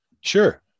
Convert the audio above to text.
sure